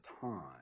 time